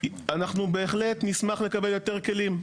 אנחנו בהחלט נשמח לקבל יותר כלים.